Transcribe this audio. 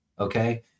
Okay